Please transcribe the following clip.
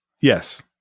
Yes